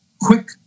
quick